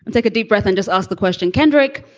and like a deep breath and just ask the question, kendrick.